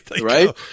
right